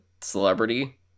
celebrity